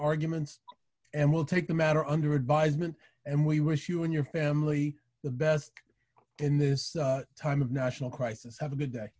arguments and will take the matter under advisement and we wish you and your family the best in this time of national crisis have a good day